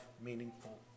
meaningful